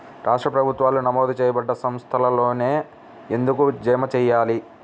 రాష్ట్ర ప్రభుత్వాలు నమోదు చేయబడ్డ సంస్థలలోనే ఎందుకు జమ చెయ్యాలి?